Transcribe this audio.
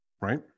right